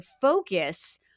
focus